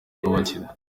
kubakira